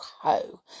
ho